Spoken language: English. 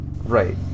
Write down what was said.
Right